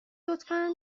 لطفا